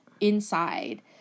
inside